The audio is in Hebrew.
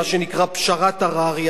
מה שנקרא "פשרת הררי",